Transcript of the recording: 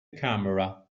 camera